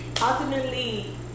Ultimately